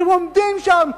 והם עומדים שם,